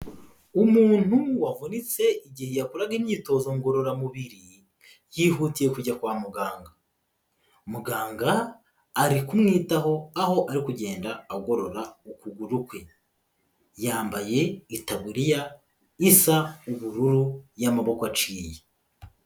Umuntu wavunitse igihe yakoraga imyitozo ngororamubiri, yihutiye kujya kwa muganga. Muganga ari kumwitaho aho ari kugenda agorora ukuguru kwe. Yambaye itaburiya isa ubururu y'amaboko aciye.